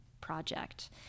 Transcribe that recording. project